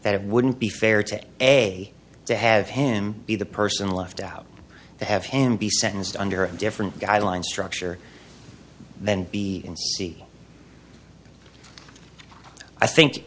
it wouldn't be fair to say to have him be the person left out to have him be sentenced under a different guideline structure then b and c i think